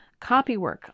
copywork